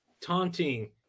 taunting